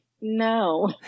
no